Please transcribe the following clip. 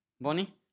bonnie